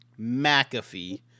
McAfee